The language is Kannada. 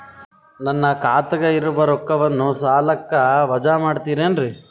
ನನ್ನ ಖಾತಗ ಇರುವ ರೊಕ್ಕವನ್ನು ಸಾಲಕ್ಕ ವಜಾ ಮಾಡ್ತಿರೆನ್ರಿ?